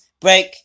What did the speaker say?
Break